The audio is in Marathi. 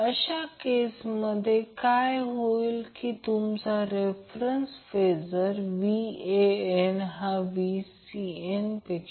परंतु जसे ते फिरत आहे म्हणजे मॅग्नेत्यूड फिरत आहे त्यामुळे तेथे फ्लक्स असेल